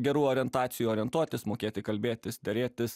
gerų orientacijų orientuotis mokėti kalbėtis derėtis